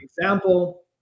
example